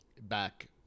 back